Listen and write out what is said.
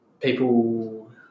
people